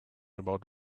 about